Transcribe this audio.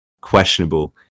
questionable